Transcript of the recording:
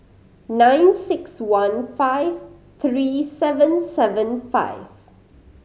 nine six one five three seven seven five